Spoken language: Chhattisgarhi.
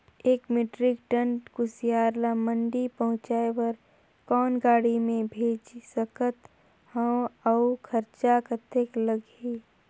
एक मीट्रिक टन कुसियार ल मंडी पहुंचाय बर कौन गाड़ी मे भेज सकत हव अउ खरचा कतेक लगही?